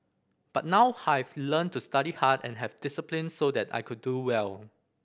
but now have learnt to study hard and have discipline so that I can do well